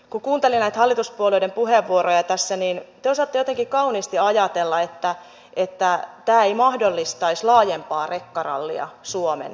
kun kuunteli näitä hallituspuolueiden puheenvuoroja tässä niin te osaatte jotenkin kauniisti ajatella että tämä ei mahdollistaisi laajempaa rekkarallia suomen teillä